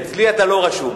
אצלי אתה לא רשום,